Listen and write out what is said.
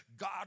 God